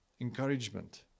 encouragement